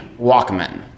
Walkman